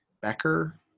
Becker